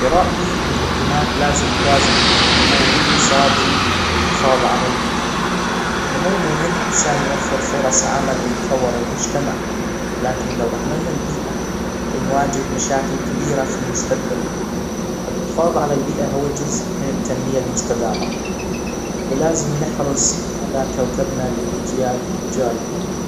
في رأيي الحكومات لازم توازن بين النمو الاقتصادي والحفاظ على البيئة النمو مهم عشان يوفر فرص عمل ويطور المجتمع، لكن لو اهملنا البيئة بنواجه مشاكل كبيرة في المستجبل الحفاظ على البيئة هو جزء من التنمية المستدامة ولازم نحرص على كوكبنا للاجيال الجاية